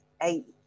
eight